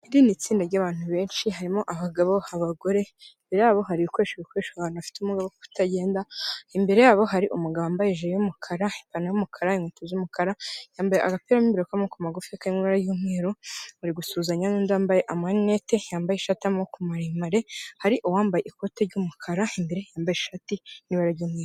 Iri ni itsindada ry'abantu benshi, harimo abagabo n'abagore. Imbere yabo hari ibikoresho ibikoreshwa n'abantu bafite ubumugabo bwo kutagenda. Imbere yabo hari umugabo wambaye ijiri y'umukara, ipantaro y'umukara, inkweto z'umukara, yambaye agapiramo mo imbere kamoboko magufi, karimo ibara ry'umweru, bari gusuhuzanya nundi wambaye ama runette, yambaye ishate y'amaboko maremare hari uwambaye ikoti ry'umukara imbere yambaye shati y'ibara ry'umweru.